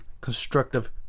constructive